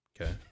Okay